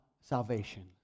salvation